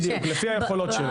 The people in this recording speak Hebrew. בדיוק, לפי היכולות שלו.